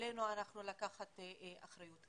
למשל בעניין של המחאה,